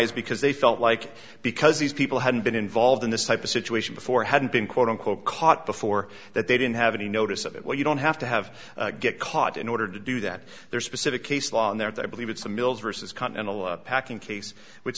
is because they felt like because these people hadn't been involved in this type of situation before hadn't been quote unquote caught before that they didn't have any notice of it well you don't have to have get caught in order to do that there's specific case law in there that i believe it's a mills versus continental packing case which